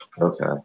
Okay